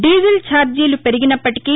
diesel ఛార్జీలు పెరిగినప్పటికీ